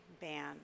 ban